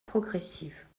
progressive